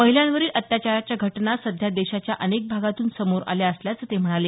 महिलांवरील अत्याचाराच्या घटना सध्या देशाच्या अनेक भागातून समोर आल्या असल्याचं ते म्हणाले